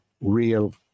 real